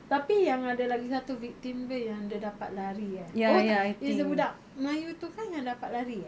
tapi yang ada lagi satu victim tu yang dia dapat lari eh oh tak it's a budak melayu tu kan yang dapat lari eh